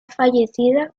fallecida